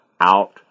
out